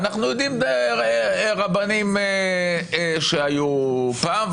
אנחנו יודעים על רבנים שהיו פעם,